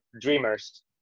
dreamers